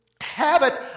habit